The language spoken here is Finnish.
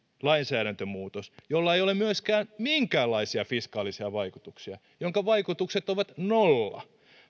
lainsäädäntömuutos jolla ei ole myöskään minkäänlaisia fiskaalisia vaikutuksia jonka vaikutukset ovat nolla